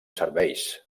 serveis